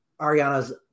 Ariana's